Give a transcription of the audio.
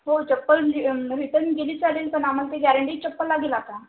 हो चप्पल रि रिटर्न दिली चालेल पण आम्हाला ती गॅरेंटी चप्पल लागेल आता